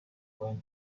way